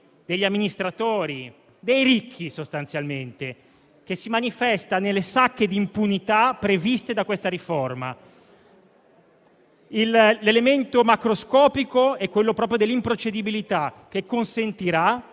degli amministratori, dei ricchi sostanzialmente, che si manifesta nelle sacche di impunità previste da questa riforma. L'elemento macroscopico è l'improcedibilità che consentirà